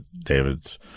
David's